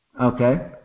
Okay